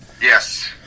Yes